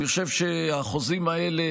אני חושב שהחוזים האלה,